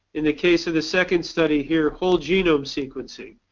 in the case of the second study here, whole genome sequencing,